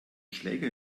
schläger